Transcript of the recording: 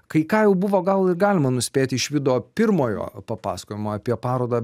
kai ką jau buvo gal ir galima nuspėti iš vydo pirmojo papasakojimo apie parodą